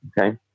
okay